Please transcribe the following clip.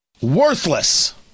worthless